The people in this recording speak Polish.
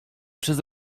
przez